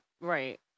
Right